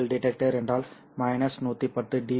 எனவே நீங்கள் டிடெக்டர் என்றால் 110 டி